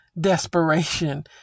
desperation